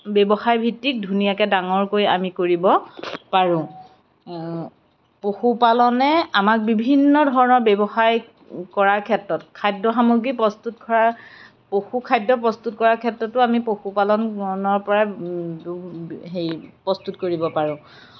ব্যৱয়ায় ভিত্তিক ধুনীয়াকৈ ডাঙৰকৈ আমি কৰিব পাৰোঁ পশুপালনে আমাক বিভিন্নধৰণৰ ব্যৱসায় কৰাৰ ক্ষেত্ৰত খাদ্য সামগ্ৰী প্ৰস্তুত কৰাৰ পশু খাদ্য প্ৰস্তুত কৰাৰ ক্ষেত্ৰতো আমি পশুপালনৰপৰা হেৰি প্ৰস্তুত কৰিব পাৰোঁ